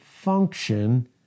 function